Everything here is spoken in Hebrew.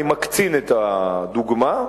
אני מקצין את הדוגמה,